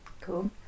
cool